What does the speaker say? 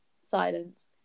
Silence